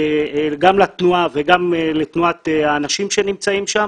גם לתנועה וגם לתנועת האנשים שנמצאים שם,